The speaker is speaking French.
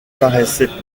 paraissait